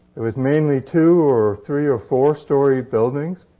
it was mainly two or three or four-story buildings,